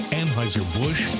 Anheuser-Busch